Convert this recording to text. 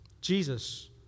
Jesus